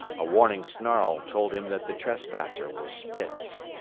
a warning snarl told him that the trespasser was spitz.